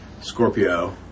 Scorpio